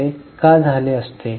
असे का झाले असते